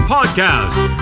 Podcast